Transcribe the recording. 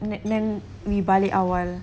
then then we balik awal